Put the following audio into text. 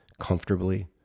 comfortably